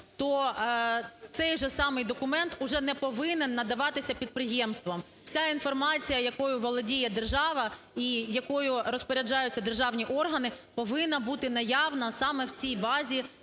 то цей же самий документ уже не повинен надаватися підприємствам. Вся інформація, якою володіє держава і якою розпоряджаються державні органи, повинна бути наявна саме в цій базі